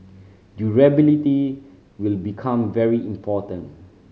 durability will become very important